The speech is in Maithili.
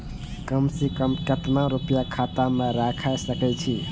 कम से कम केतना रूपया खाता में राइख सके छी?